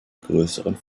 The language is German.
größeren